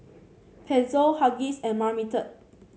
Pezzo Huggies and Marmite